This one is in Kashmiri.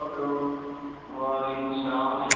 ہیٚلو وعلیکُم سلام